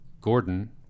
Gordon